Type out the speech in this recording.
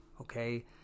Okay